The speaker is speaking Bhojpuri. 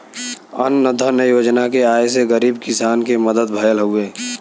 अन्न धन योजना के आये से गरीब किसान के मदद भयल हउवे